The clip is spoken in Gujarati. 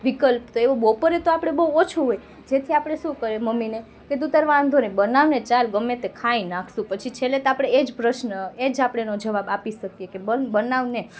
વિકલ્પ તો એવું બપોરે આપણું બહુ ઓછું હોય જેથી આપણે શું કહીએ મમ્મીને કે તું તારે વાંધો નઈ બનાવને ચાલ ગમે તે ખાઈ નાખશું પછી છેલ્લે તો આપણે એ જ પ્રશ્ન એ જ આપણે એનો જવાબ આપી શકીએ કે બન બનાવને